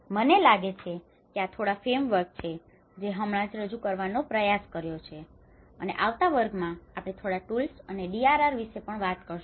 મને લાગે છે કે આ થોડા ફ્રેમવર્ક છે જે મેં હમણાં જ રજૂ કરવાનો પ્રયાસ કર્યો અને આવતા વર્ગમાં આપણે થોડા ટૂલ્સ અને DRR વિશે પણ વાત કરીશું